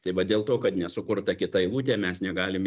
tai va dėl to kad nesukurta kita eilutė mes negalim